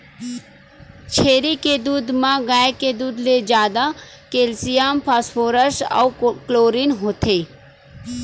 छेरी के दूद म गाय के दूद ले जादा केल्सियम, फास्फोरस अउ क्लोरीन होथे